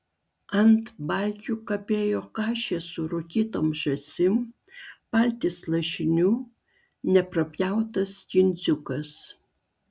ant balkių kabėjo kašės su rūkytom žąsim paltys lašinių neprapjautas kindziukas